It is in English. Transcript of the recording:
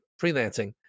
freelancing